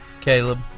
Caleb